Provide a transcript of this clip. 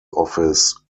office